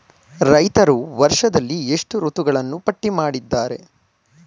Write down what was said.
ರೈತರು ವರ್ಷದಲ್ಲಿ ಎಷ್ಟು ಋತುಗಳನ್ನು ಪಟ್ಟಿ ಮಾಡಿದ್ದಾರೆ?